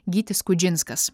gytis kudžinskas